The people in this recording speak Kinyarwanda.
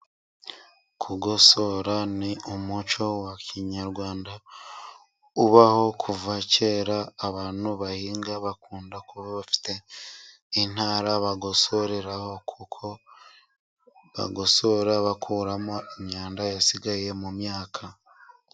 Kugosora ni umuco wa kinyarwanda ubaho kuva kera. Abantu bahinga bakunda kuba bafite intara bagosoreraho, kuko bagosora bakuramo imyanda yasigaye mu myaka.